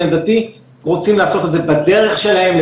הדתי רוצים לעשות את זה בדרך שלהם,